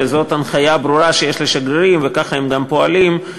וזאת הנחיה ברורה לשגרירים וכך הם פועלים,